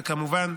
וכמובן,